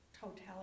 totality